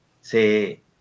se